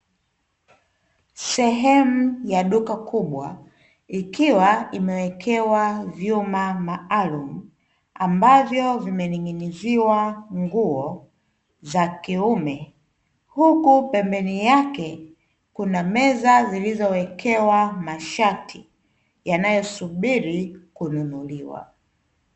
Sehemu ya duka kubwa ikiwa imewekewa vyuma maalumu ambavyo vimening'iniziwa nguo za kiume, huku pembeni yake kuna meza zilizowekewa mashati yanayosubiri kununuliwa.